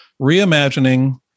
Reimagining